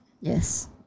Yes